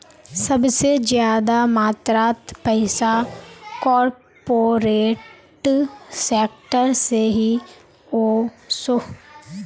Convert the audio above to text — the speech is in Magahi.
सबसे ज्यादा मात्रात पैसा कॉर्पोरेट सेक्टर से ही वोसोह